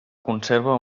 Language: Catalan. conserva